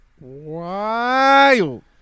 Wild